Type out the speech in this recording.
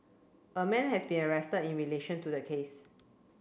a man has been arrested in relation to the case